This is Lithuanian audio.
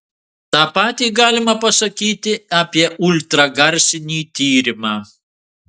tą patį galima pasakyti apie ultragarsinį tyrimą